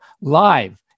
live